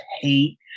hate